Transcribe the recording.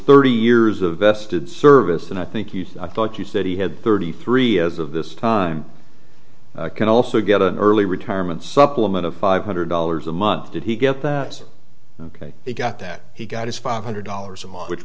thirty years a vested service and i think you i thought you said he had thirty three as of this time can also get an early retirement supplement of five hundred dollars a month did he get the ok they got that he got his five hundred dollars a month which